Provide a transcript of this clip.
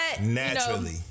naturally